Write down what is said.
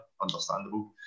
Understandable